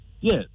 Yes